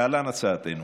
להלן הצעתנו: